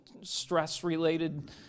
stress-related